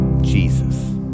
Jesus